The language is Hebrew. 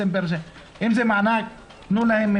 אם זה מענק, תנו להם.